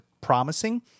promising